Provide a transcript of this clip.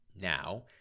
Now